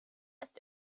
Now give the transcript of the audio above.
ist